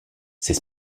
c’est